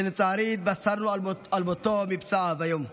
שלצערי התבשרנו על מותו מפצעיו היום.